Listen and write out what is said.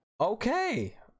Okay